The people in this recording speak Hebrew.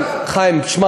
אבל הממשלה,